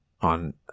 on